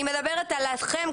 אני מדברת עליכם,